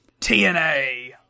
TNA